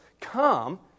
come